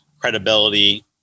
credibility